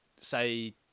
say